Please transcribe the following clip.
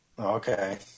Okay